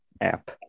app